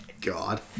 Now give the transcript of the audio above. god